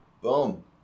Boom